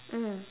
mm